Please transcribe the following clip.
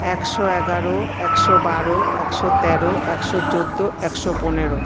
একশো এগারো একশো বারো একশো তেরো একশো চোদ্দো একশো পনেরো